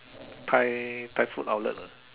Thai Thai food outlet